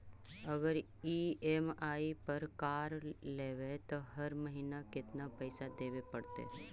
अगर ई.एम.आई पर कार लेबै त हर महिना केतना पैसा देबे पड़तै?